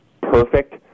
perfect